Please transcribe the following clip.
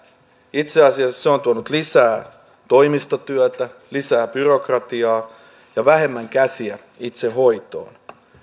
itse asiassa se on tuonut lisää toimistotyötä lisää byrokratiaa ja vähemmän käsiä itse hoitoon